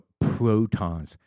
protons